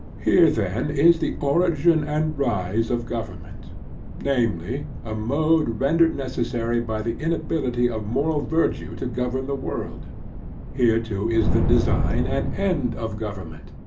here then is the origin and rise of government namely, a mode rendered necessary by the inability of moral virtue to govern the world here too is the design and end of government,